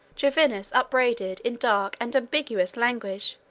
jovinus upbraided, in dark and ambiguous language,